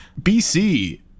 bc